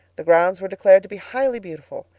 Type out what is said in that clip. the grounds were declared to be highly beautiful,